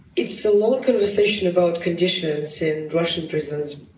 it's a long conversation about conditions in russian prisons,